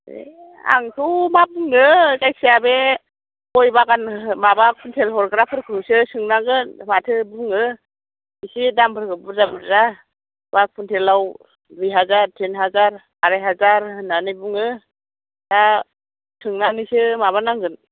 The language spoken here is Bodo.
ए आंथ' मा बुंनो जायखिजाया बे गय बागान माबा कुन्टेल हरग्राफोरखौसो सोंनांगोन माथो बुङो एसे दामफोरखौ बुरजा बुरजा बा कुन्टेलाव दुइ हाजार तिन हाजार आराइ हाजार होननानै बुङो दा सोंनानैसो माबा नांगोन